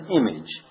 image